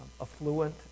affluent